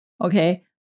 Okay